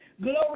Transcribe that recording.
glory